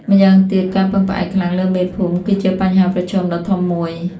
ម៉្យាងទៀតការពឹងផ្អែកខ្លាំងលើមេភូមិ គឺជាបញ្ហាប្រឈមដ៏ធំមួយ។